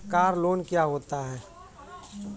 Car loan क्या होता है?